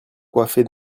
coiffée